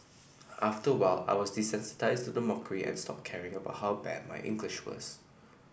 after a while I was desensitised to the mockery and stopped caring about how bad my English was